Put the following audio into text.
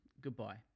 goodbye